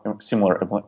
similar